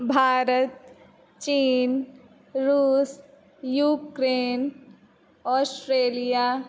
भारत चीन् रूस् Ukraine Australia